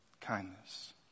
kindness